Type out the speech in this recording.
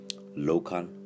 local